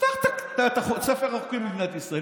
פתח את ספר החוקים במדינת ישראל,